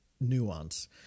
nuance